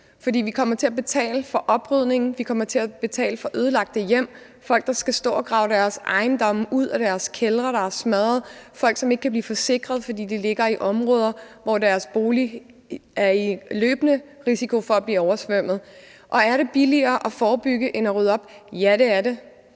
vi kommer til at betale for oprydningen, og vi kommer til at betale for ødelagte hjem – folk, der skal stå og grave deres ejendomme ud af deres kældre, der er smadret, og folk, som ikke kan blive forsikrede, fordi de bor i områder, hvor deres bolig er i løbende risiko for at blive oversvømmet. Og er det billigere at forebygge end at rydde op? Ja, det er det.